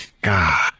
God